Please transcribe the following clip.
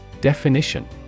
Definition